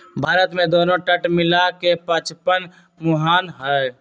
भारत में दुन्नो तट मिला के पचपन मुहान हई